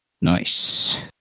Nice